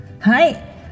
Hi